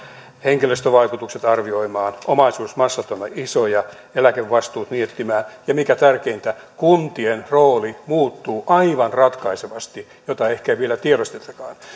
henkilöstövaikutukset arvioimaan omaisuusmassat ovat isoja eläkevastuut miettimään ja mikä tärkeintä kuntien rooli muuttuu aivan ratkaisevasti mitä ehkä ei vielä tiedostetakaan